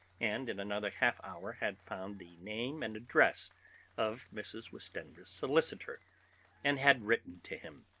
and in another half hour had found the name and address of mrs. westenra's solicitor and had written to him.